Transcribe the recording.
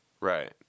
Right